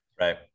Right